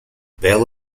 belle